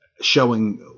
showing